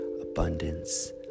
abundance